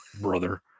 brother